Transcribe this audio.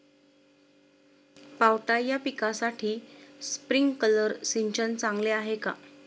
पावटा या पिकासाठी स्प्रिंकलर सिंचन चांगले आहे का?